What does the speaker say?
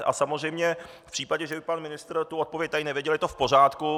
A samozřejmě v případě, že by pan ministr tu odpověď tady nevěděl, je to v pořádku.